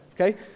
Okay